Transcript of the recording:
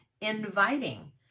inviting